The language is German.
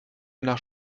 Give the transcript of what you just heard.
nach